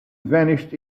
vanished